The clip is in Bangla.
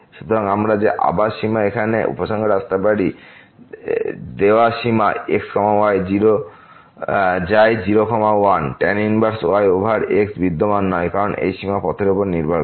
সুতরাং আমরা যে আবার সীমা এখানে এই উপসংহারে আসতে পারি দেওয়া সীমা x y যায় 0 1 tan inverse y over x বিদ্যমান নয় কারণ এই সীমা পথের উপর নির্ভর করে